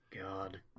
God